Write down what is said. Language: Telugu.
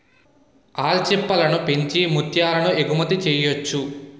ఆల్చిప్పలను పెంచి ముత్యాలను ఎగుమతి చెయ్యొచ్చు